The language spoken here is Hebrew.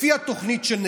לפי התוכנית של נתניהו,